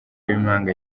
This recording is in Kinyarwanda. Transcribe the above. b’impanga